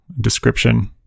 description